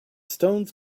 stones